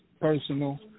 personal